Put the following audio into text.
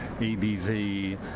EBV